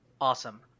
Awesome